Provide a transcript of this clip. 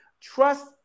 trust